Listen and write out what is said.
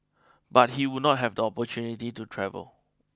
but he would not have the opportunity to travel